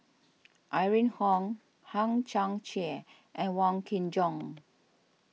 Irene Khong Hang Chang Chieh and Wong Kin Jong